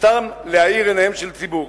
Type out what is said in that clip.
סתם להאיר עיניהם של הציבור.